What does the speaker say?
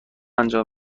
انجام